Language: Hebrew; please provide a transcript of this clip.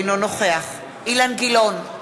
אינו נוכח אילן גילאון,